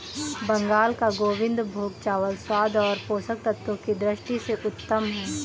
बंगाल का गोविंदभोग चावल स्वाद और पोषक तत्वों की दृष्टि से उत्तम है